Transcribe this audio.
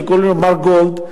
שקוראים לו מארק גולד,